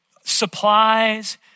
supplies